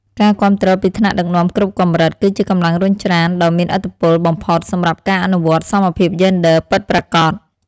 ការគាំទ្រពីថ្នាក់ដឹកនាំគ្រប់កម្រិត គឺជាកម្លាំងរុញច្រានដ៏មានឥទ្ធិពលបំផុតសម្រាប់ការអនុវត្តសមភាពយេនឌ័រពិតប្រាកដ។